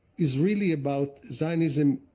is really about zionism's